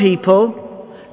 people